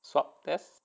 swab test